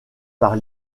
par